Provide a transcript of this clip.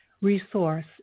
Resource